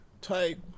type